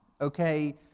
okay